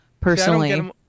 personally